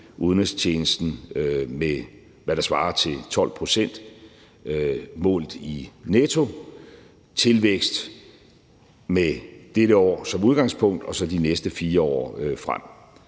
der svarer til 12 pct. målt i nettotilvækst, med dette år som udgangspunkt og så de næste 4 år frem.